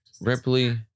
Ripley